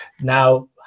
Now